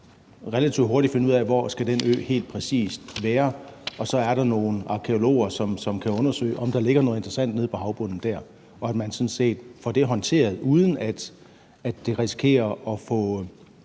relativt hurtigt kunne finde ud af, hvor den ø helt præcis skal være, og der så var nogle arkæologer, som kunne undersøge, om der ligger noget interessant nede på havbunden dér, og at man sådan set får det håndteret, uden at man risikerer at få